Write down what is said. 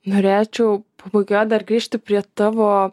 norėčiau pabaigoje dar grįžti prie tavo